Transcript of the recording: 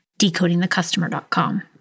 decodingthecustomer.com